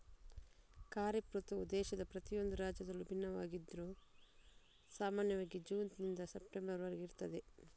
ಖಾರಿಫ್ ಋತುವು ದೇಶದ ಪ್ರತಿಯೊಂದು ರಾಜ್ಯದಲ್ಲೂ ಭಿನ್ನವಾಗಿದ್ರೂ ಸಾಮಾನ್ಯವಾಗಿ ಜೂನ್ ನಿಂದ ಸೆಪ್ಟೆಂಬರ್ ವರೆಗೆ ಇರುತ್ತದೆ